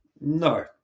No